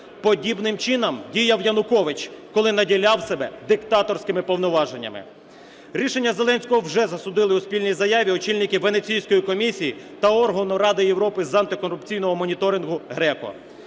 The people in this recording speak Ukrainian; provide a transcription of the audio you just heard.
Подібним чином діяв Янукович, коли наділяв себе диктаторськими повноваженнями. Рішення Зеленського вже засудили у спільній заяві очільники Венеційської комісії та органу Ради Європи з антикорупційного моніторингу GRECO.